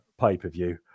pay-per-view